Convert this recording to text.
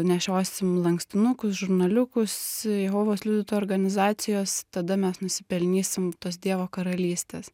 nešiosim lankstinukus žurnaliukus jehovos liudytojų organizacijos tada mes nusipelnysim tos dievo karalystės